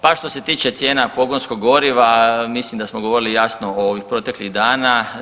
Pa što se tiče cijena pogonskog goriva, mislim da smo govorili jasno ovih proteklih dana.